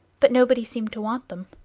but nobody seemed to want them.